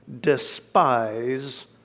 despise